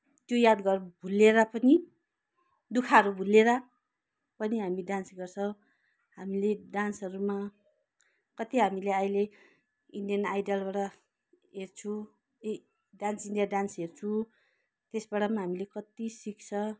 त्यो यादगार भुलेर पनि दुःखहरू भुलेर पनि हामी डान्स गर्छ हामीले डान्सहरूमा कति हामीले अहिले इन्डियन आइडलबाट हेर्छु ए डान्स इन्डिया डान्स हेर्छु त्यसबाट पनि हामीले कति सिक्छ